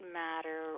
matter